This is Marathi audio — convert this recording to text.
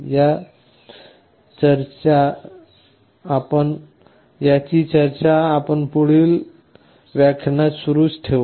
या चर्चा आपण आपल्या पुढील व्याख्यानात सुरूच ठेवू